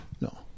No